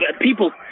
People